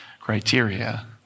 criteria